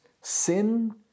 sin